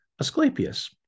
asclepius